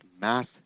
mass